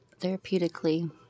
therapeutically